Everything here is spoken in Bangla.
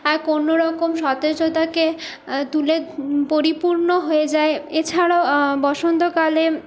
এক অন্যরকম সতেজতাকে তুলে পরিপূর্ণ হয়ে যায় এছাড়াও বসন্তকালে